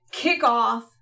kickoff